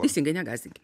teisingai negąsdinkit